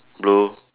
blue